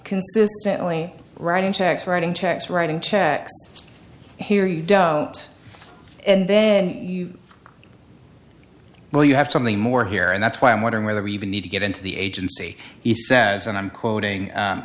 consistently writing checks writing checks writing checks here you don't and then well you have something more here and that's why i'm wondering whether we even need to get into the agency he says and i'm quoting